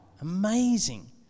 Amazing